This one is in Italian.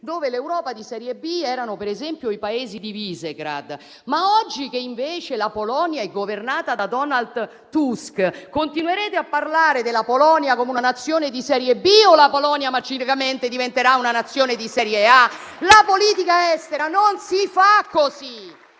dove l'Europa di serie B erano per esempio i Paesi di Visegrád. Ma oggi che invece la Polonia è governata da Donald Tusk, continuerete a parlare della Polonia come di una Nazione di serie B o la Polonia magicamente diventerà una Nazione di serie A? La politica estera non si fa così,